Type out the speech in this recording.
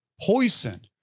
poison